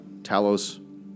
Talos